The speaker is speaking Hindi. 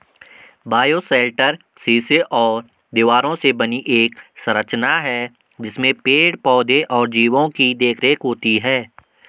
बायोशेल्टर शीशे और दीवारों से बनी एक संरचना है जिसमें पेड़ पौधे और जीवो की देखरेख होती है